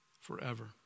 forever